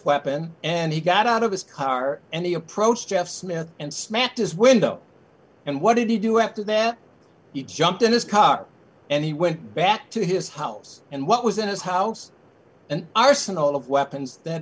weapon and he got out of his car and he approached jeff smith and smacked his window and what did you do after that you jumped in his car and he went back to his house and what was in his house an arsenal of weapons that